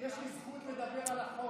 יש לי זכות לדבר על החוק.